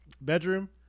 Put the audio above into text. bedroom